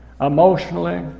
emotionally